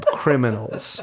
criminals